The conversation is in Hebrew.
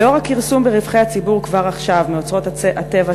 לנוכח הכרסום ברווחי הציבור כבר עכשיו מאוצרות הטבע,